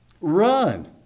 Run